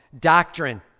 Doctrine